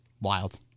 Wild